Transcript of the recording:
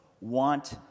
want